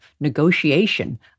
negotiation